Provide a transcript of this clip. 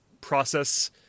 process